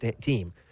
team